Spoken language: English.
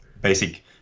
basic